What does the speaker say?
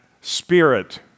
spirit